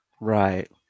right